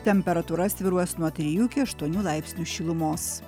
temperatūra svyruos nuo trijų iki aštuonių laipsnių šilumos